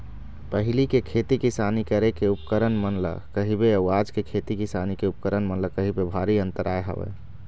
पहिली के खेती किसानी करे के उपकरन मन ल कहिबे अउ आज के खेती किसानी के उपकरन मन ल कहिबे भारी अंतर आय हवय